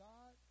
God